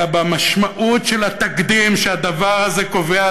אלא במשמעות של התקדים שהדבר הזה קובע,